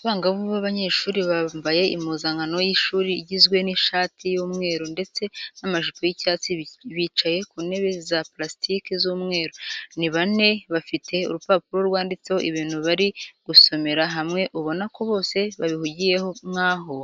Abangavu b'abanyeshuri bambaye impuzankano y'ishuri igizwe n'ishati y'umweru ndetse n'amajipo y'icyatsi bicaye ku ntebe za purasitike z'umweru, ni bane, bafite urupapuro rwanditseho ibintu bari gusomera hamwe ubona ko bose babihugiyeho nk'aho